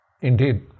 Indeed